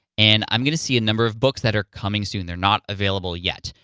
and i'm gonna see a number of books that are coming soon, they're not available yet.